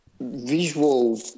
visual